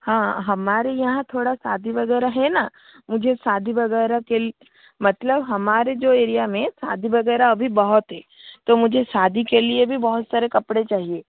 हाँ हमारे यहाँ थोड़ा शादी वग़ैरह है ना मुझे शादी वग़ैरह के लिए मतलब हमारे जो एरिया में शादी वग़ैरह अभी बहुत हैं तो मुझे शादी के लिए भी बहुत सारे कपड़े चाहिए